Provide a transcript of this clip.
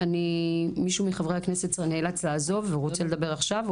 מישהו מחברי הכנסת נאלץ לעזוב ורוצה לדבר עכשיו?